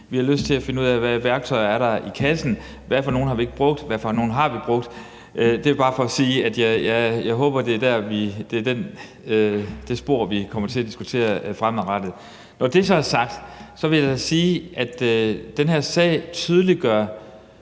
vi har lyst til finde ud af, hvilke værktøjer der er i kassen. Hvad for nogle har vi ikke brugt, og hvad for nogle har vi brugt? Det er jo bare for at sige, at jeg håber, det er det spor, vi kommer til at diskutere fremadrettet. Når det så er sagt, vil jeg sige, at den her sag tydeliggør,